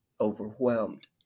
overwhelmed